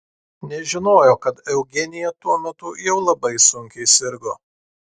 nežinojo kad eugenija tuo metu jau labai sunkiai sirgo